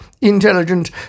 intelligent